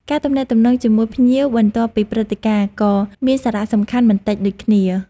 ការទំនាក់ទំនងជាមួយភ្ញៀវបន្ទាប់ពីព្រឹត្តិការណ៍ក៏មានសារៈសំខាន់មិនតិចដូចគ្នា។